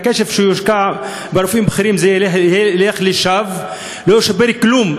הכסף שיושקע ברופאים בכירים ילך לשווא ולא ישפר כלום.